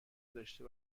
داشته